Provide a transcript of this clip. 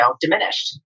diminished